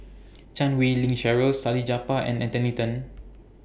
Chan Wei Ling Cheryl Salleh Japar and Anthony Then